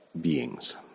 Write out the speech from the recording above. beings